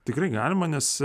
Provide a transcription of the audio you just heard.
tikrai galima nes